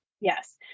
Yes